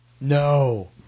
no